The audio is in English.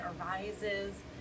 arises